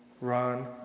run